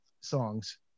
songs